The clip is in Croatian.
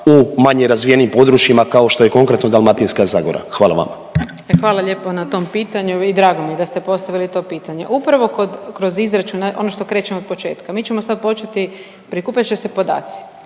u manje razvijenijim područjima, kao što je konkretno, Dalmatinska zagora? Hvala vam. **Brnjac, Nikolina (HDZ)** Hvala lijepo na tom pitanju i drago mi je da ste postavili to pitanje. Upravo kroz izračun, ono što krećemo od početka. Mi ćemo sad početi, prikupljat će se podaci,